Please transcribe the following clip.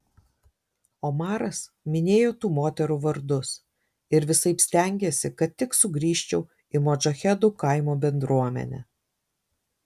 omaras minėjo tų moterų vardus ir visaip stengėsi kad tik sugrįžčiau į modžahedų kaimo bendruomenę